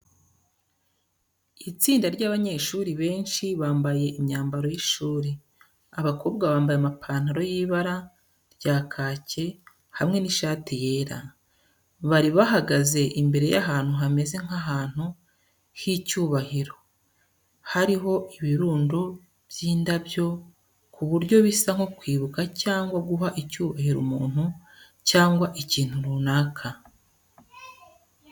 Itsinda ry'abanyeshuri benshi bambaye imyambaro y'ishuri, abakobwa bambaye amapantaro y'ibara rya kake, hamwe n'ishati yera. Bari bahagaze imbere y’ahantu hameze nk’ahantu h’icyubahiro, hariho ibirundo by’indabyo ku buryo bisa nko kwibuka cyangwa guha icyubahiro umuntu cyangwa ikintu runaka.